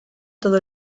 todo